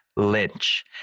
Lynch